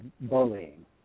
bullying